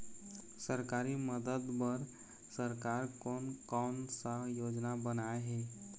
सरकारी मदद बर सरकार कोन कौन सा योजना बनाए हे?